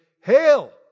Hail